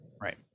Right